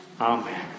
Amen